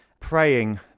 Praying